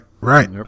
Right